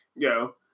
go